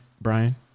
Brian